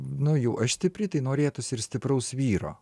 nu jau aš stipri tai norėtųsi ir stipraus vyro